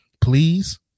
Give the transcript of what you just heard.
please